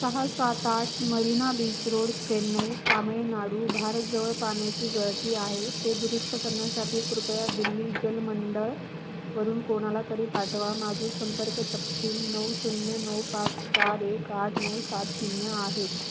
सहा सात आठ मरीना बीच रोड चेन्नई तामिळनाडू भारत जवळ पाण्याची गळती आहे ते दुरुस्त करण्यासाठी कृपया दिल्ली जलमंडळवरून कोणाला तरी पाठवा माझे संपर्क तपशील नऊ शून्य नऊ पाच चार एक आठ नऊ सात शून्य आहेत